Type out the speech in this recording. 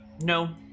No